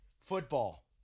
Football